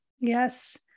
yes